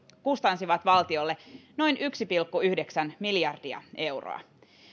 kustansivat valtiolle noin yksi pilkku yhdeksän miljardia euroa